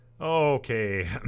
Okay